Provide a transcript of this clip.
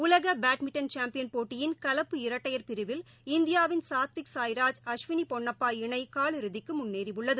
உலக badminton champion போட்டியின் கலப்பு இரட்டையர் பிரிவில் இந்தியாவின் சாத்விக் சாய்ராஜ் அஸ்வினி பென்னப்பா இணை கால் இறுதிக்கு முன்னேறியுள்ளது